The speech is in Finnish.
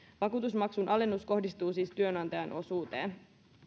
vakuutusmaksun alennus kohdistuu siis työnantajan osuuteen